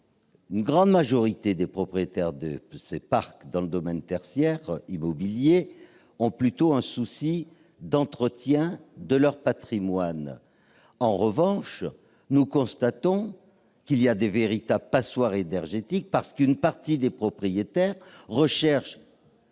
Une grande majorité des propriétaires de ces parcs dans le domaine tertiaire sont soucieux d'entretenir leur patrimoine. En revanche, nous constatons qu'il y a de véritables passoires énergétiques, parce qu'une partie des propriétaires cherchent